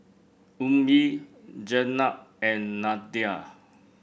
Ummi Jenab and Nadia